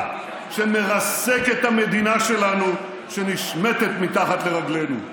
שמרסק את המדינה שלנו שנשמטת מתחת לרגלינו.